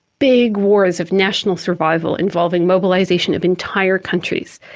big wars of national survival involving mobilisation of entire countries,